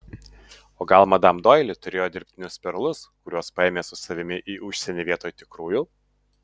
o gal madam doili turėjo dirbtinius perlus kuriuos paėmė su savimi į užsienį vietoj tikrųjų